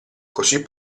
così